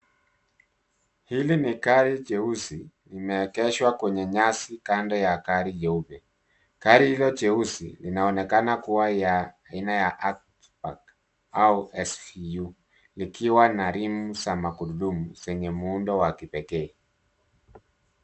Hili ni gari jeusi imeegeshwa kwenye nyasi kando ya gari jeupe. Gari hilo jeusi linaonekana kuwa ya aina ya Outback au SVU likiwa na rimu za magurudumu zenye muundo wa kipekee.